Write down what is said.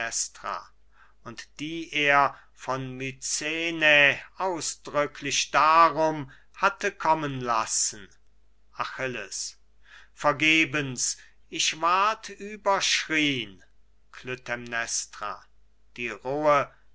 und die er von mycene ausdrücklich darum hatte kommen lassen achilles vergebens ich ward überschrien klytämnestra die rohe